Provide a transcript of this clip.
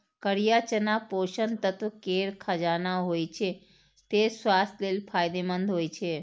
करिया चना पोषक तत्व केर खजाना होइ छै, तें स्वास्थ्य लेल फायदेमंद होइ छै